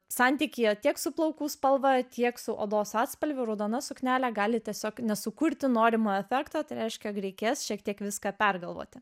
santykyje tiek su plaukų spalva tiek su odos atspalviu raudona suknelė gali tiesiog nesukurti norimo efekto tai reiškia jog reikės šiek tiek viską pergalvoti